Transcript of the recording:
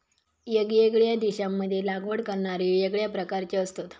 येगयेगळ्या देशांमध्ये लागवड करणारे येगळ्या प्रकारचे असतत